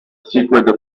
secret